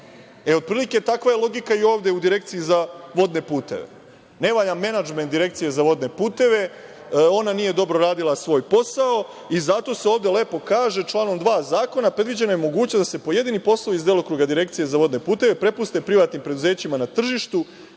Otprilike takva je logika ovde u Direkciji za vodne puteve. Ne valja menadžment Direkcije za vodne puteve, ona nije dobro radila svoj posao i zato se ovde lepo kaže u članu 2. zakona – predviđena je mogućnost da se pojedini poslovi iz delokruga Direkcije za vodne puteve prepusti privatnim preduzećima na tržištu,